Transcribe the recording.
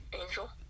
angel